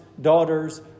daughters